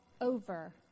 over